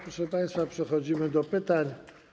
Proszę państwa, przechodzimy do pytań.